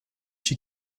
she